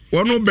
One